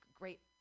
great